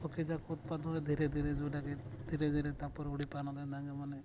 ପକ୍ଷୀ ଯାକ ଉତ୍ପାଦ ହୁଏ ଧୀରେ ଧୀରେ ଯେଉଁଟାକି ଧୀରେ ଧରେ ତା ପର ଉଡ଼ିପାରନ୍ତି ନାହିଁ ଯେଉଁମାନେ